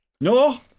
No